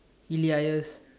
Elias